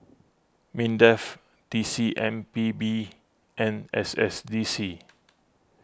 Mindef T C M P B and S S D C